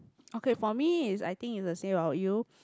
okay for me is I think is Save Our Youth